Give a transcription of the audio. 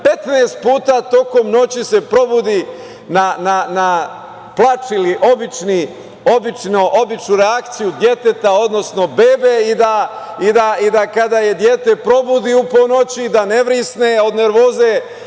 15 puta tokom noći se probudi na plač ili običnu reakciju deteta odnosno bebe i da kada je dete probudi u pola noći da ne vrisne od nervoze,